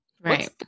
right